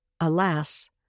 alas